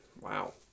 Wow